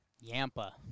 Yampa